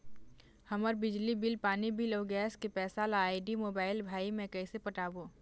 हमर बिजली बिल, पानी बिल, अऊ गैस के पैसा ला आईडी, मोबाइल, भाई मे कइसे पटाबो?